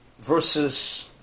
versus